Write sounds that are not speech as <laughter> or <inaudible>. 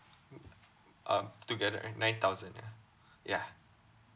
<noise> um together right nine thousand yeah yeah